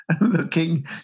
looking